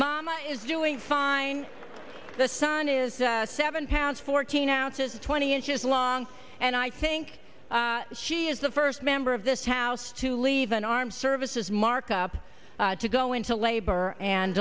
mom is doing fine the son is seven pounds fourteen ounces twenty inches long and i think she is the first member of this house to leave an armed services markup to go into labor and